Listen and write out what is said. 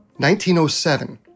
1907